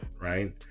Right